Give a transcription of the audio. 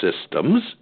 systems